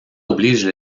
oblige